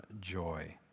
joy